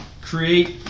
Create